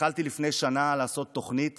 התחלתי לפני שנה לעשות תוכנית